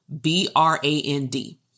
B-R-A-N-D